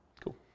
Cool